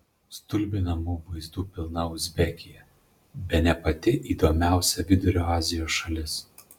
stulbinamų vaizdų pilna uzbekija bene pati įdomiausia vidurio azijos šalis